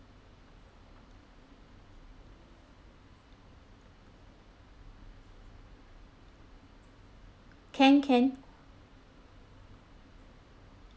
can can